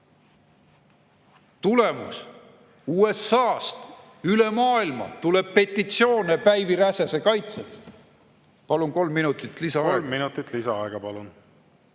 Tulemus: USA-st, üle maailma tuleb petitsioone Päivi Räsäse kaitseks. Palun kolm minutit lisaaega.